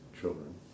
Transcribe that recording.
children